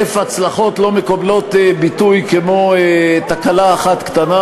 אלף הצלחות לא מקבלות ביטוי כמו תקלה אחת קטנה,